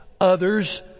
others